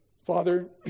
Father